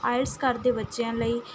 IELTS ਕਰਦੇ ਬੱਚਿਆਂ ਲਈ